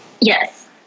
Yes